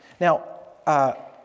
Now